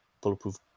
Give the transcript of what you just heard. bulletproof